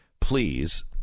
Please